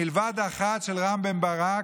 מלבד אחת של רם בן ברק,